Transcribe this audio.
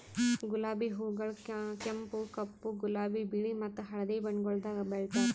ಗುಲಾಬಿ ಹೂಗೊಳ್ ಕೆಂಪು, ಕಪ್ಪು, ಗುಲಾಬಿ, ಬಿಳಿ ಮತ್ತ ಹಳದಿ ಬಣ್ಣಗೊಳ್ದಾಗ್ ಬೆಳೆತಾರ್